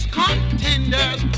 contenders